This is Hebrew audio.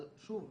שוב,